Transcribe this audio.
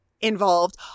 involved